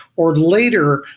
or, later,